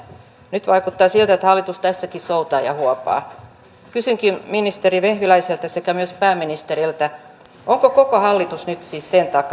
nyt vaikuttaa siltä että hallitus tässäkin soutaa ja huopaa kysynkin ministeri vehviläiseltä sekä myös pääministeriltä onko koko hallitus nyt siis sen takana